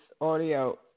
audio